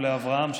ולאברהם,